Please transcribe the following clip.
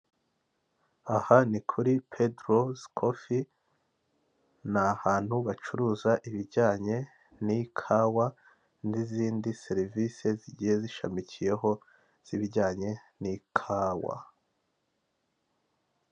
Aha ni kuri pedoro kofe ni ahantu bacuruza ibijyanye n'ikawa n'izindi serivisi zigiye zishamikiyeho z'ibijyanye n'ikawa.